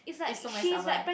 is for my